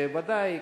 וודאי,